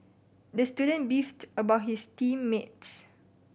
the student beefed about his team mates